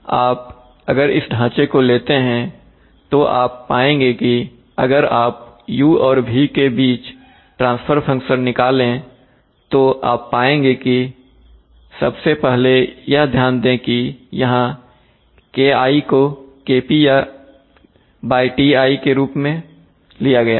तो आप अगर इस ढांचे को लेते हैं तो आप पाएंगे कि अगर आप u और v के बीच ट्रांसफर फंक्शन निकाले तो आप पाएंगे कि सबसे पहले यह ध्यान दें कि यहां KI को KP TI के रूप में लिया गया है